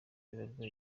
bibarwa